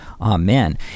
Amen